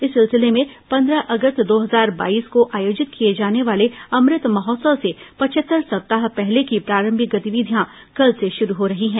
इस सिलसिले में पंद्रह अगस्त दो हजार बाईस को आयोजित किये जाने वाले अमृत महोत्सव से पचहत्तर सप्ताह पहले की प्रारंभिक गतिविधियां कल से शुरू हो रही हैं